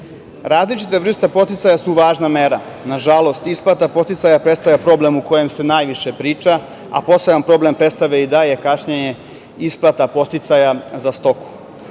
19.Različita vrsta podsticaja su važna mera. Nažalost, isplata podsticaja predstavlja problem o kojem se najviše priča, a poseban problem predstavlja i daje kašnjenje isplata podsticaja za stoku.